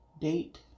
date